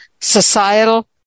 societal